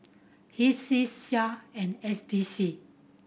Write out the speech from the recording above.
HTSCI Sia and S D C